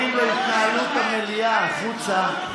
הבנתי.